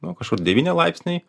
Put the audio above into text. nu kažkur devyni laipsniai